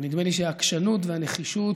ונדמה לי שהעקשנות והנחישות